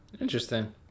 Interesting